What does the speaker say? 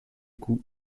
coûts